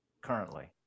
currently